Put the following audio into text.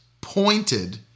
pointed